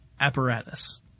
Apparatus